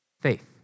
faith